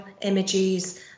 images